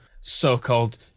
so-called